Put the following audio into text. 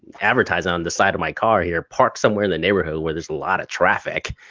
advertisement on the side of my car here. park somewhere in the neighborhood where there's a lot of traffic,